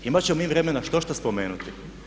Imat ćemo m vremena štošta spomenuti.